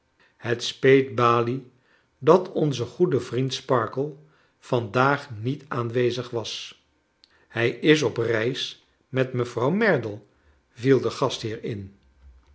het speet balie dat onze goede vriend sparkler vandaag niet aanwezig was hij is op reis met mevrouw merdle viel de gastheer in